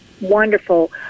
wonderful –